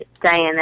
Diana